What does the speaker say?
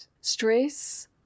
stress